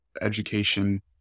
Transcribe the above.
education